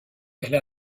elle